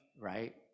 right